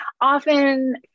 often